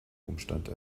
umstand